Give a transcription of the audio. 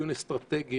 דיון אסטרטגי,